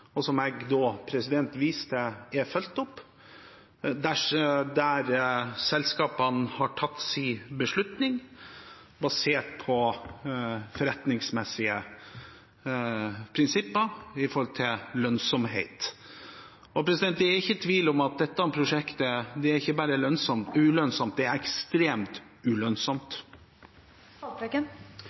og som jeg viste til, er fulgt opp, og selskapene har tatt sin beslutning basert på forretningsmessige prinsipper knyttet til lønnsomhet. Og det er ikke tvil om at dette prosjektet ikke bare er ulønnsomt, det er ekstremt